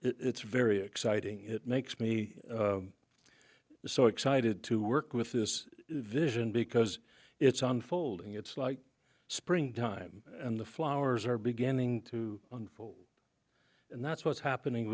it's very exciting it makes me so excited to work with this vision because it's unfolding it's like springtime and the flowers are beginning to unfold and that's what's happening